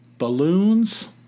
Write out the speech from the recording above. Balloons